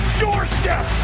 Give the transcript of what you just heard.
doorstep